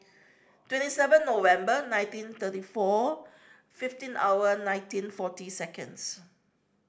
twenty seven November nineteen thirty four fifteen hour nineteen forty seconds